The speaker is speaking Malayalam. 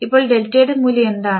അപ്പോൾ ഡെൽറ്റയുടെ മൂല്യം എന്താണ്